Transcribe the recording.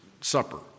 Supper